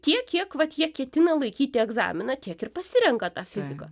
tiek kiek vat jie ketina laikyti egzaminą tiek ir pasirenka tą fiziką